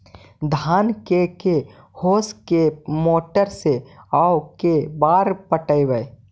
धान के के होंस के मोटर से औ के बार पटइबै?